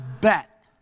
bet